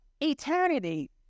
eternity